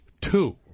Two